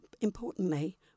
importantly